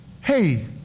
hey